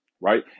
right